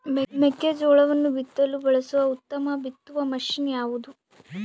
ಮೆಕ್ಕೆಜೋಳವನ್ನು ಬಿತ್ತಲು ಬಳಸುವ ಉತ್ತಮ ಬಿತ್ತುವ ಮಷೇನ್ ಯಾವುದು?